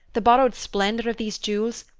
the borrowed splendor of these jewels,